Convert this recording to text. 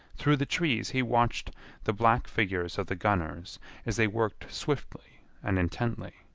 through the trees he watched the black figures of the gunners as they worked swiftly and intently.